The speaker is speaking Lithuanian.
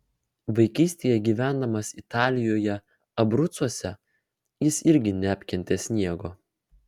vaikystėje gyvendamas italijoje abrucuose jis irgi neapkentė sniego